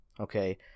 Okay